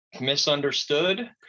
Misunderstood